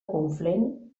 conflent